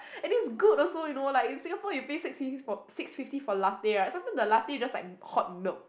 and it's good also you know like in Singapore you pay six fifty for six fifty for latte right sometime the latte just like hot milk